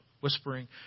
whispering